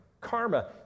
karma